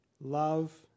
love